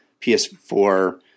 PS4